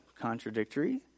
contradictory